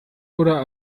oder